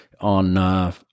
on